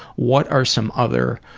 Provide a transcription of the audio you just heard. what are some other